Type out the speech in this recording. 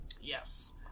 yes